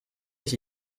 iki